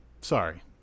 sorry